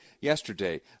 yesterday